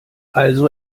also